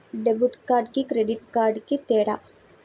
Debit కార్డుకి credit కార్డుకి తేడా?